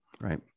Right